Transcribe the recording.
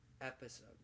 episode